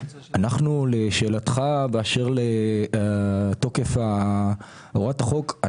לשאלתך באשר לתוקף הוראת החוק,